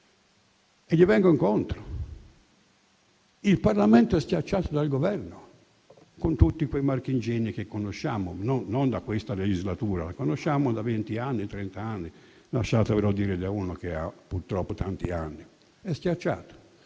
vengo loro incontro. Il Parlamento è schiacciato dal Governo con tutti quei marchingegni che conosciamo, non da questa legislatura: li conosciamo da venti o trent'anni, lasciatevelo dire da uno che ha purtroppo tanti anni. È schiacciato,